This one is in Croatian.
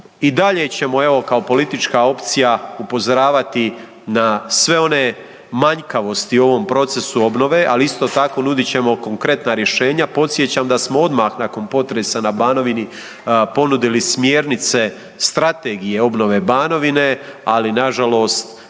I dalje ćemo, evo kao politička opcija upozoravati na sve one manjkavosti u ovom procesu obnove, ali isto tako nudit ćemo konkretna rješenja. Podsjećam da smo odmah nakon potresa na Banovini ponudili smjernice strategije obnove Banovine, ali nažalost